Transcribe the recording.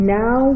now